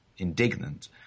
indignant